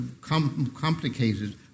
complicated